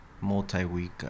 multi-week